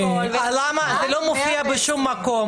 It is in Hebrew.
זה לא מופיע בשום מקום.